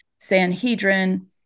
Sanhedrin